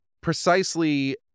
precisely